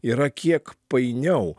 yra kiek painiau